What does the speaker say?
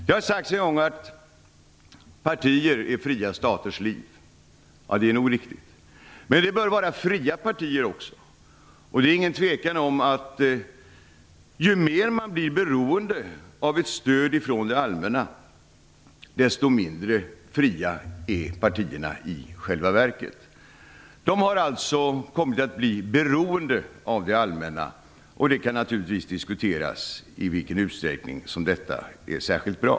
Det har en gång sagts att partier är fria staters liv, och det är nog riktigt. Men det bör vara fria partier. Det råder ingen tvekan om att ju större beroendet av stöd från det allmänna blir, desto mindre fria är partierna i själva verket. De har alltså kommit att bli beroende av det allmänna. Det kan naturligtvis diskuteras i vilken utsträckning det är särskilt bra.